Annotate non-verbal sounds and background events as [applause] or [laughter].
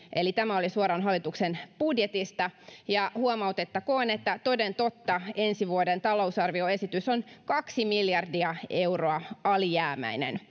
eli tämä oli suoraan hallituksen budjetista ja huomautettakoon että toden totta ensi vuoden talousarvioesitys on kaksi miljardia euroa alijäämäinen [unintelligible]